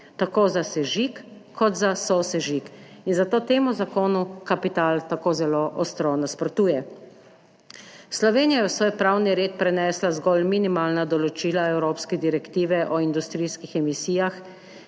tako za sežig kot za sosežig. In zato temu zakonu kapital tako zelo ostro nasprotuje. Slovenija je v svoj pravni red prenesla zgolj minimalna določila evropske Direktive o industrijskih emisijah